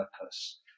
purpose